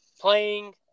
playing